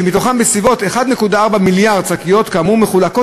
שמהן בסביבות 1.4 מיליארד שקיות כאמור מחולקות